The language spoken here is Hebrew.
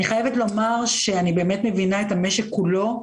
אני באמת מבינה את המשק כולו,